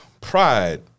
pride